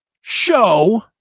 show